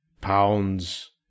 pounds